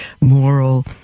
moral